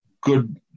good